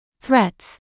Threats